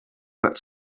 bud